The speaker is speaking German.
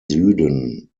süden